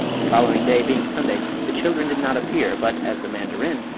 the following day being sunday the children did not appear, but as the mandarin,